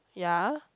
ya